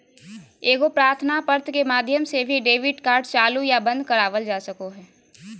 एगो प्रार्थना पत्र के माध्यम से भी डेबिट कार्ड चालू या बंद करवावल जा सको हय